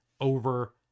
over